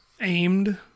aimed